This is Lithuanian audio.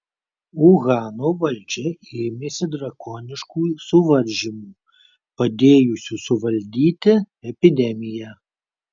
uhano valdžia ėmėsi drakoniškų suvaržymų padėjusių suvaldyti epidemiją